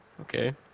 Okay